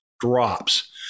drops